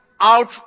out